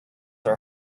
are